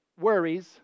worries